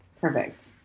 Perfect